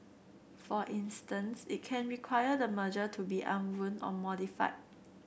for instance it can require the merger to be unwound or modified